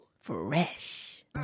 Fresh